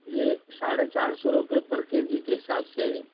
ये साढ़े चार सौ रुपये पर के जी के हिसाब से हैं